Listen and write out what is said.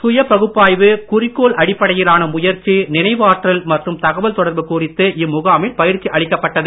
சுய பகுப்பாய்வு குறிக்கோள் அடிப்படையிலான முயற்சி நினைவாற்றல் மற்றும் தகவல் தொடர்பு குறித்து இம் முகாமில் பயிற்சி அளிக்கப்பட்டது